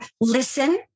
listen